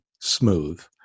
smooth